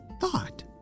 thought